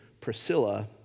Priscilla